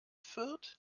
fürth